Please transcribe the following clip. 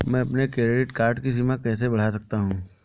मैं अपने credit card की सीमा कैसे बढ़ा सकता हूँ?